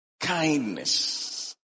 Kindness